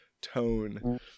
tone